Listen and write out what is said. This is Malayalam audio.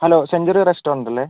ഹലോ സെഞ്ച്വറി റസ്റ്റോറൻറ്റ് അല്ലേ